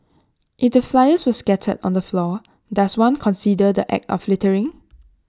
IT the flyers were scattered on the floor does one consider the act of littering